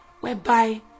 whereby